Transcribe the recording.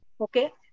okay